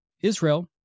Israel